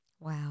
Wow